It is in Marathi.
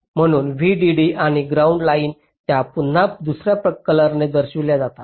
म्हणून VDD आणि ग्राउंड लाईन्स त्या पुन्हा दुसर्या कलराने दर्शविल्या जातात